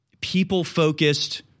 people-focused